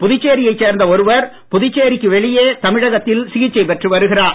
புதுச்சேரியை சேர்ந்த ஒருவர் புதுச்சேரிக்கு வெளியே தமிழகத்தில் சிகிச்சை பெற்று வருகிறார்